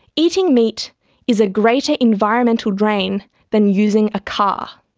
eating meat is a greater environmental drain than using a car.